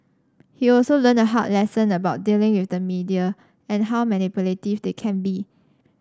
he also learned a hard lesson about dealing with the media and how manipulative they can be